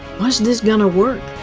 was this going to work?